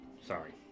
sorry